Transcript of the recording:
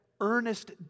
earnest